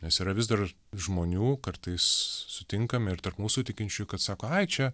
nes yra vis dar žmonių kartais sutinkam ir tarp mūsų tikinčių kad sako ai čia